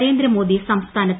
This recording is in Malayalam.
നരേന്ദ്രമോദി സംസ്ഥാനത്ത്